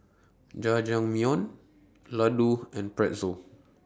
Jajangmyeon Ladoo and Pretzel